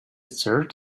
third